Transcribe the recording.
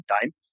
time